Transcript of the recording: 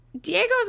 Diego's